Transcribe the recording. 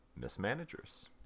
Mismanagers